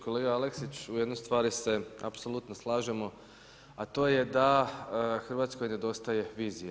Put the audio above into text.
Kolega Aleksić, u jednoj stvari ste apsolutno slažemo, a to je da Hrvatskoj nedostaje vizije.